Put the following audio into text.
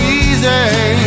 easy